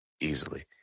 easily